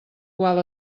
qual